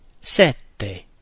sette